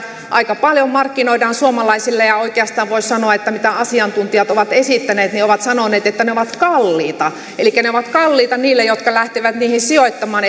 aika paljon markkinoidaan suomalaisille oikeastaan voisi sanoa että asiantuntijat ovat esittäneet ovat sanoneet että ne ovat kalliita elikkä ne ovat kalliita niille jotka lähtevät niihin sijoittamaan